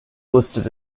listed